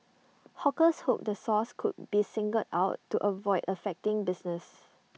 hawkers hoped the source could be singled out to avoid affecting business